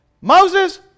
Moses